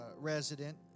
resident